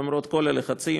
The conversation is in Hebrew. למרות כל הלחצים,